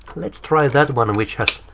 let's try that one which has